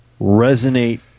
resonate